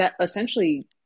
essentially